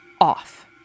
off